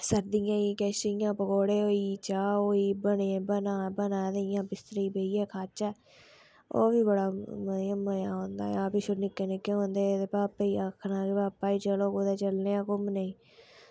सर्दियें च इ'यां किश पकौड़े होई गे चाह् होई ते बना बना किश इ'यां किट्ठे बेहियै खाचै ओह् बड़ा मजा औंदा जां किश निक्के निक्के होंदे ते पापै गी आखना कि चलो पापा कुदै चलने आं घुम्मनै गी